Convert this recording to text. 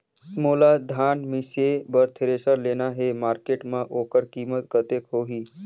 मोला धान मिसे बर थ्रेसर लेना हे मार्केट मां होकर कीमत कतेक होही?